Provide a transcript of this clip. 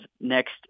next